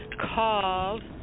called